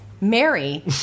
Mary